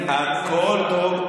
הכול טוב.